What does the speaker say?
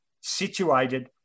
situated